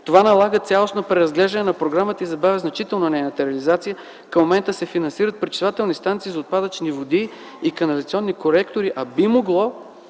Това налага цялостно преразглеждане на програмата и забавя значително нейната реализация. Към момента се финансират пречиствателни станции за отпадъчни води и канализационни колектори, а би могло,